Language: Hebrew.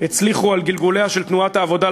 על גלגוליה של תנועת העבודה,